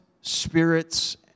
spirits